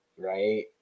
right